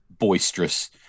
boisterous